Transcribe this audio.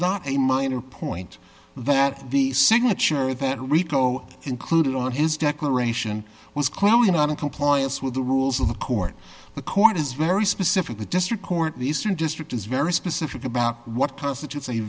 not a minor point that the signature of rico included on his declaration was clearly not in compliance with the rules of the court the court is very specific the district court eastern district is very specific about what constitutes a